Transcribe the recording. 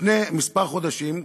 לפני כמה חודשים,